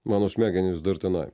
mano smegenys dar tenai